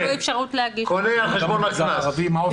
ובמגזר הערבי מה עושים?